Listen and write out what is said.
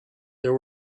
there